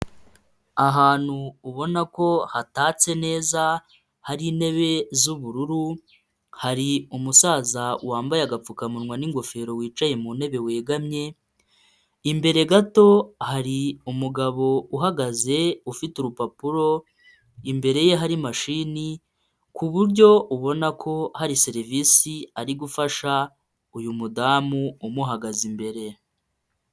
Ahantu ubona ko hatatse neza, hari intebe z'ubururu, hari umusaza wambaye agapfukamunwa n'ingofero wicaye mu ntebe wegamye, imbere gato hari umugabo uhagaze ufite urupapuro, imbere ye hari imashini ku buryo ubona ko hari serivisi ari gufasha uyu mudamu umuhagaze imbere.